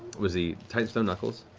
was the titanstone knuckles,